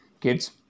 kids